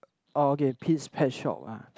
orh okay Pete's pet shop ah